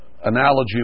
analogy